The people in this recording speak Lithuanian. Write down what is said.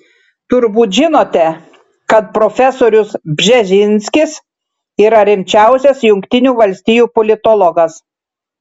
turbūt žinote kad profesorius bžezinskis yra rimčiausias jungtinių valstijų politologas